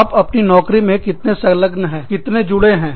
आप अपनी नौकरी में इतने संलग्न है कितनेजुड़े हैं